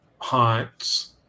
haunts